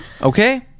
okay